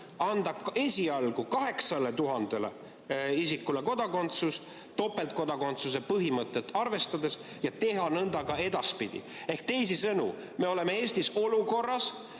anda esialgu 8000 isikule kodakondsus topeltkodakondsuse põhimõtet arvestades ja teha nõnda ka edaspidi. Ehk teisisõnu, me oleme Eestis sellise